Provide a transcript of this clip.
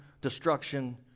destruction